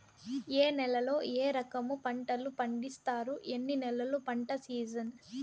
ఏ నేలల్లో ఏ రకము పంటలు పండిస్తారు, ఎన్ని నెలలు పంట సిజన్?